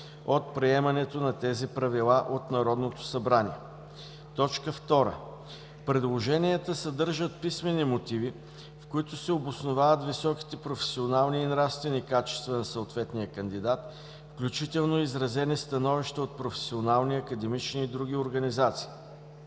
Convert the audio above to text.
от приемането на тези правила от Народното събрание. 2. Предложенията съдържат писмени мотиви, в които се обосновават високите професионални и нравствени качества на съответния кандидат, включително и изразени становища от професионални, академични и други организации.